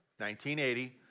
1980